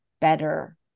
better